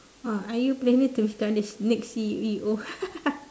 ah are you planning to become the next C_E_O